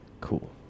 Cool